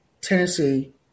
Tennessee